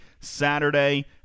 Saturday